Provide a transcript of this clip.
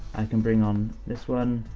i can bring on this one,